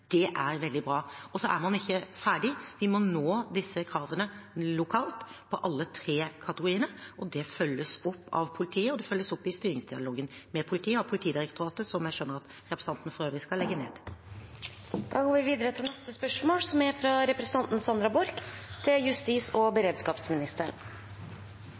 Det er veldig bra. Så er man ikke ferdig, vi må innfri disse kravene lokalt for alle tre kategoriene. Det følges opp av politiet, og det følges opp i styringsdialogen med politiet, av Politidirektoratet, som jeg skjønner at representanten for øvrig skal legge ned. «I politiets innbyggerundersøkelse viser tall på landsbasis at tilliten i små kommuner fra 2015 til 2020 har gått ned fra 78 til